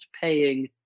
paying